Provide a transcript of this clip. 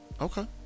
okay